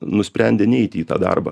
nusprendė neiti į tą darbą